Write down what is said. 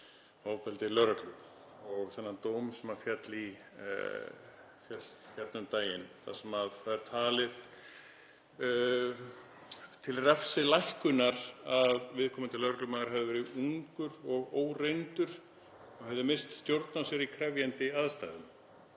ofbeldi lögreglu og þennan dóm sem féll um daginn þar sem talið var til refsilækkunar að viðkomandi lögreglumaður hefði verið ungur og óreyndur og hefði misst stjórn á sér í krefjandi aðstæðum.